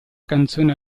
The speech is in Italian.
canzone